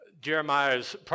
Jeremiah's